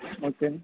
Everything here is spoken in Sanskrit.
श्नैप्गन्